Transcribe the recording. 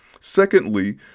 secondly